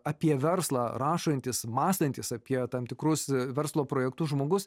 apie verslą rašantis mąstantis apie tam tikrus verslo projektus žmogus